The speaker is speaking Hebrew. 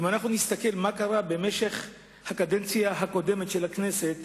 אם אנחנו נסתכל מה קרה במשך הקדנציה הקודמת של הכנסת,